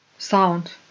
Sound